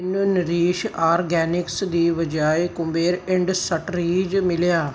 ਮੈਨੂੰ Nourish Organics ਦੀ ਬਜਾਏ ਕੁਬੇਰ ਇੰਡਸਟਰੀਜ਼ ਮਿਲਿਆ